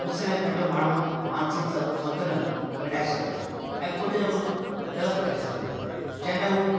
गुस्से में पंहिंजो माण्हू मानसिक संतुलन विञाए छॾिंदो आहे ऐं कुझु न कुझु ग़लति करे छॾिदो आहे जंहिंमें हो